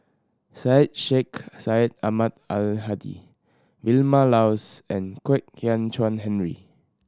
Syed Sheikh Syed Ahmad Al Hadi Vilma Laus and Kwek Hian Chuan Henry